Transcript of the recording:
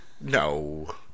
No